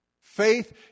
Faith